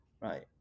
right